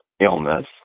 illness